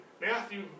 Matthew